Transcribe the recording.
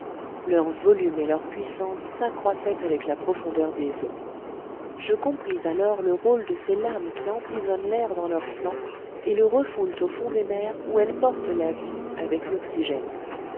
leur volume et leur puissance s'accroissaient avec la profondeur des eaux je compris alors le rôle de ces lames qui emprisonnent l'air dans leurs flancs et le refoulent au fond des mers où elles portent la vie avec l'oxygène